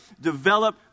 develop